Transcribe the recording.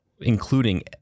including